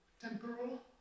temporal